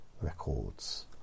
records